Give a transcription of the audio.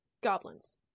goblins